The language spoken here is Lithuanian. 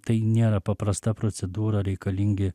tai nėra paprasta procedūra reikalingi